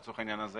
לצורך העניין הזה